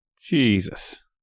Jesus